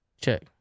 Check